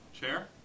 Chair